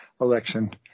election